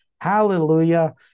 Hallelujah